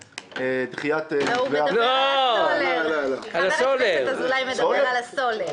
דחיית --- חבר הכנסת אזולאי מדבר על הסולר.